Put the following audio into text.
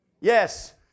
Yes